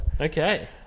Okay